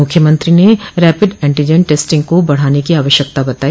मुख्यमंत्री ने rapid antigen testing को बढ़ाने की आवश्यकता बताई